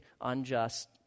unjust